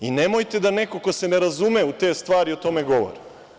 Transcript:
Nemojte da neko ko se ne razume u te stvari o tome govori.